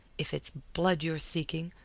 if it's blood you're seeking,